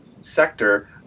sector